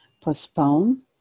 postpone